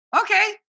Okay